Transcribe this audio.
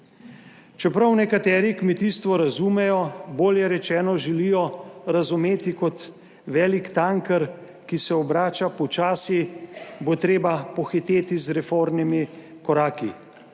Čeprav nekateri kmetijstvo razumejo bolje rečeno želijo razumeti kot velik tanker, ki se obrača počasi, bo treba pohiteti z reformnimi koraki,